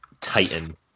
titan